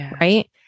right